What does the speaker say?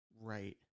right